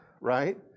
right